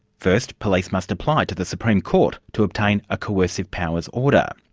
first, police must apply to the supreme court to obtain a coercive powers order.